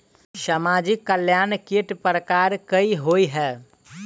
सामाजिक कल्याण केट प्रकार केँ होइ है?